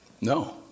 No